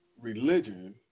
religion